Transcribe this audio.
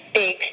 big